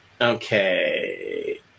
Okay